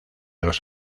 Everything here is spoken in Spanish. los